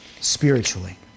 spiritually